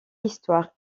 histoire